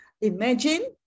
Imagine